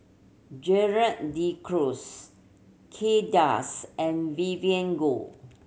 Gerald De Cruz Kay Das and Vivien Goh